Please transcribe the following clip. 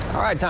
right. all